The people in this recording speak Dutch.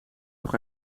nog